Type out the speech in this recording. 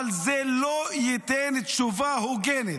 אבל זה לא ייתן תשובה הוגנת.